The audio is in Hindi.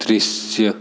दृश्य